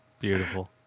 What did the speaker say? Beautiful